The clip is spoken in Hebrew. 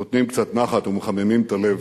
שנותנים קצת נחת ומחממים את הלב.